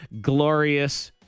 glorious